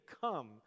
come